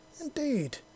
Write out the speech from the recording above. Indeed